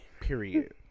Period